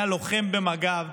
היה לוחם במג"ב,